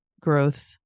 growth